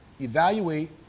Evaluate